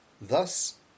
thus